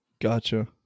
Gotcha